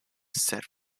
set